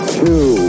two